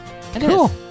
cool